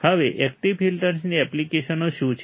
હવે એકટીવ ફિલ્ટર્સની એપ્લિકેશનો શું છે